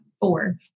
four